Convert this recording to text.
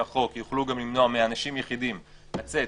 החוק יוכלו גם למנוע מאנשים יחידים לצאת,